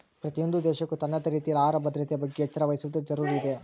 ಪ್ರತಿಯೊಂದು ದೇಶಕ್ಕೂ ತನ್ನದೇ ರೀತಿಯಲ್ಲಿ ಆಹಾರ ಭದ್ರತೆಯ ಬಗ್ಗೆ ಎಚ್ಚರ ವಹಿಸುವದು ಜರೂರು ಇದೆ